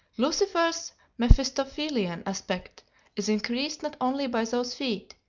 lucifer's mephistophelian aspect is increased not only by those feet,